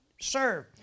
serve